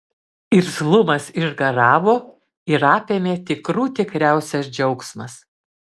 irzlumas išgaravo ir apėmė tikrų tikriausias džiaugsmas